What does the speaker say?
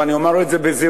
ואני אומַר את זה בזהירות,